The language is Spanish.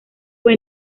fue